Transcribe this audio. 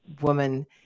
woman